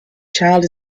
child